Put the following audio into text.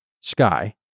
Sky